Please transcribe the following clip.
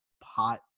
pot